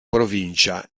provincia